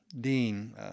Dean